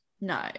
no